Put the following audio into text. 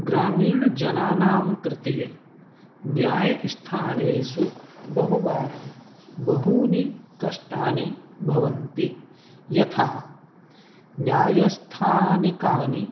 ग्रामीणजनानां कृते न्यायस्थानेषु बहुवारं बहूनि कष्टानि भवन्ति यथा न्यायस्थानकानि